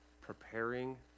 preparing